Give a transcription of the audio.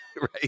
right